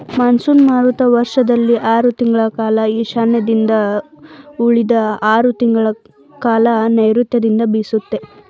monsoon ಮಾರುತ ವರ್ಷದಲ್ಲಿ ಆರ್ ತಿಂಗಳ ಕಾಲ ಈಶಾನ್ಯದಿಂದ ಉಳಿದ ಆರ್ ತಿಂಗಳಕಾಲ ನೈರುತ್ಯದಿಂದ ಬೀಸುತ್ತೆ